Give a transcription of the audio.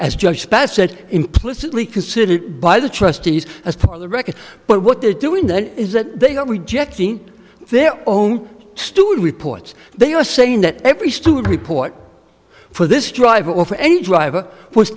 said implicitly considered by the trustees as part of the record but what they're doing then is that they are rejecting their own steward reports they are saying that every student report for this drive or for any driver was